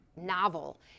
novel